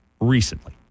recently